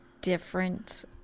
different